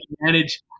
manage